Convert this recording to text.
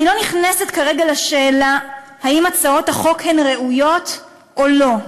אני לא נכנסת כרגע לשאלה אם הצעות החוק הן ראויות או לא,